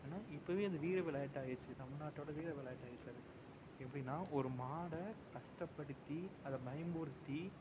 ஏன்னால் இப்போவே அது வீர விளையாட்டாக ஆயிடுச்சு தமிழ்நாட்டோட வீர விளையாட்டாக ஆயிடுச்சு அது எப்படின்னா ஒரு மாடை கஷ்டப்படுத்தி அதை பயமுறுத்தி